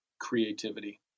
creativity